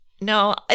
no